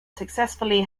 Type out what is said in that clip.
successfully